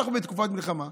אנחנו בתקופת מלחמה.